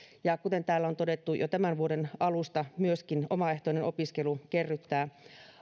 ja kuten täällä on todettu jo tämän vuoden alusta myöskin omaehtoinen opiskelu kerryttää